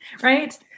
right